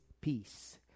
peace